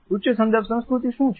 ઉચ્ચ સંદર્ભ સંસ્કૃતિ શું છે